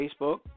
Facebook